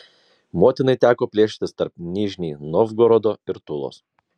motinai teko plėšytis tarp nižnij novgorodo ir tulos